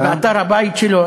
שאתר הבית שלו,